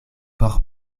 por